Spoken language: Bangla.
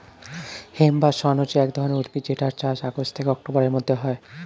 হেম্প বা শণ হচ্ছে এক ধরণের উদ্ভিদ যেটার চাষ আগস্ট থেকে অক্টোবরের মধ্যে হয়